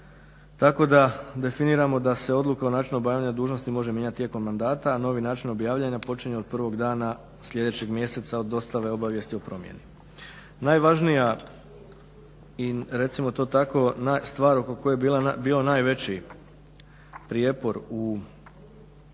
tako da definiramo da se odluka o načinu obavljanja dužnosti može mijenjati tijekom mandata, a novi način obavljanja počinje od prvog dana sljedećeg mjeseca od dostave obavijesti o promjeni. Najvažnija i recimo to tako stvar oko koje je bio najveći prijepor u prošloj